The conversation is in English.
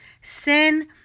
sin